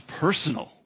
personal